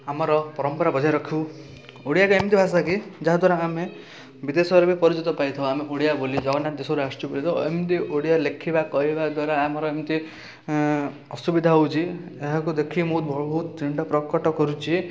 ଆମର ପରମ୍ପରା ବଜାୟ ରଖୁ ଓଡ଼ିଆ ଏକ ଏମିତି ଭାଷା କି ଯାହାଦ୍ୱାରା ଆମେ ବିଦେଶରେ ପରିଚିତ ପାଇଥାଉ ଆମେ ଓଡ଼ିଆ ଭୁଲି ଯାଉନା ଏମିତି ଓଡ଼ିଆ ଲେଖିବା କହିବା ଦ୍ୱାରା ଆମର ଏମିତି ଆସୁବିଧା ହେଉଛି ଯାହାକୁ ଦେଖି ମୁଁ ବହୁତ ଚିନ୍ତା ପ୍ରକଟ କରୁଛି